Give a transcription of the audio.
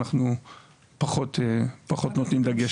אנחנו פחות נותנים דגש.